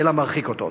אלא מרחיק אותו.